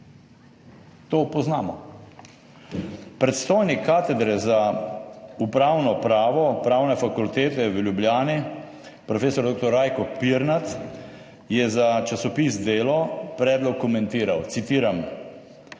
To poznamo. Predstojnik katedre za upravno pravo Pravne fakultete v Ljubljani, prof. dr. Rajko Pirnat, je za časopis Delo predlog komentiral, citiram: